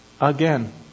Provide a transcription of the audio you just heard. again